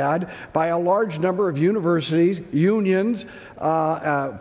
dad by a large number of universities unions